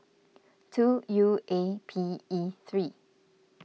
two U A P E three